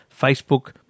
Facebook